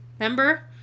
Remember